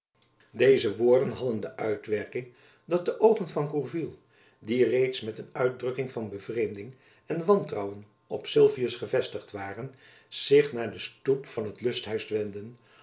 deze woorden hadden de uitwerking dat de oogen van gourville die reeds met een uitdrukking van bevreemding en wantrouwen op sylvius gevestigd waren zich naar den stoep van het lusthuis wendden